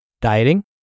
Dieting